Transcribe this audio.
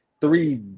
three